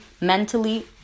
mentally